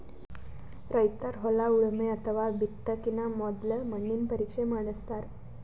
ರೈತರ್ ಹೊಲ ಉಳಮೆ ಅಥವಾ ಬಿತ್ತಕಿನ ಮೊದ್ಲ ಮಣ್ಣಿನ ಪರೀಕ್ಷೆ ಮಾಡಸ್ತಾರ್